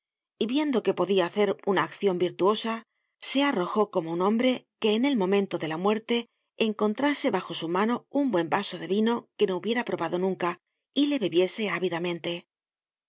y viendo que podia hacer una accion virtuosa se arrojó como un hombre que en el momento de la muerte encontrase bajo su mano un buen vaso de vino que no hubiera probado nunca y le bebiese ávidamente